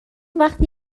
وقتی